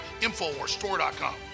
InfoWarsStore.com